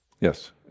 Yes